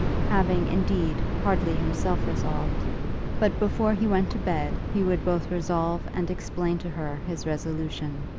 having, indeed, hardly himself resolved but before he went to bed he would both resolve and explain to her his resolution.